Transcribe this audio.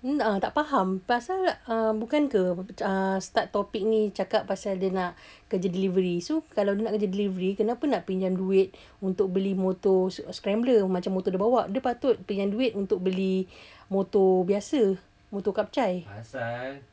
mm a'ah tak faham pasal uh bukan ke uh start topic ni cakap pasal dia nak kerja delivery so kalau dia nak kerja delivery kenapa nak pinjam duit untuk beli motor scrambler macam motor dia bawa dia patut pinjam duit untuk beli motor biasa motor kapcai